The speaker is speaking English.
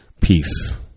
Peace